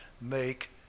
make